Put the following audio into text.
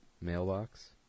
mailbox